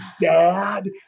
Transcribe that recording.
dad